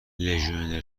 لژیونر